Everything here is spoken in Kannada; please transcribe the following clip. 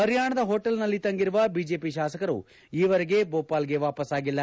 ಪರಿಯಾಣದ ಹೋಟೆಲ್ನಲ್ಲಿ ತಂಗಿರುವ ಬಿಜೆಪಿ ಶಾಸಕರು ಈವರೆಗೆ ಭೋಪಾಲ್ಗೆ ವಾಪಸ್ನಾಗಿಲ್ಲ